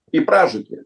į pražūtį